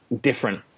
different